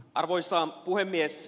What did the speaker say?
arvoisa puhemies